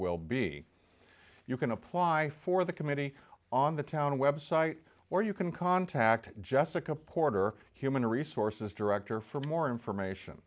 will be you can apply for the committee on the town website or you can contact jessica porter human resources director for more information